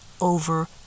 over